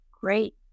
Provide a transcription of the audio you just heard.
great